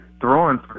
throwing